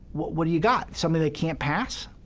what what do you got, something that can't pass?